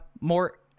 more